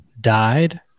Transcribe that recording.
died